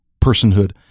personhood